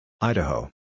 Idaho